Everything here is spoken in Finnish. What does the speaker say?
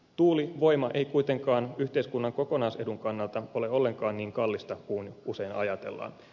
tuulivoima ei kuitenkaan yhteiskunnan kokonaisedun kannalta ole ollenkaan niin kallista kuin usein ajatellaan